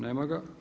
Nema ga.